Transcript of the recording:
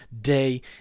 day